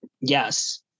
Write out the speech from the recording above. Yes